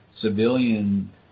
civilian